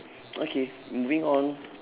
okay moving on